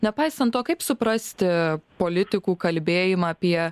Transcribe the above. nepaisant to kaip suprasti politikų kalbėjimą apie